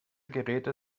geräte